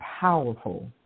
powerful